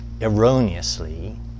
erroneously